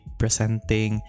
presenting